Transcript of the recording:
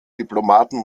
diplomaten